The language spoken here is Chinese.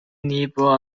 尼泊尔